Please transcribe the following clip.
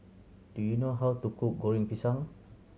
do you know how to cook Goreng Pisang